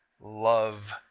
love